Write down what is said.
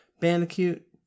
Bandicoot